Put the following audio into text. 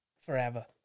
forever